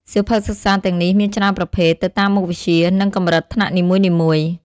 សៀវភៅសិក្សាទាំងនេះមានច្រើនប្រភេទ ទៅតាមមុខវិជ្ជា និងកម្រិតថ្នាក់នីមួយៗ។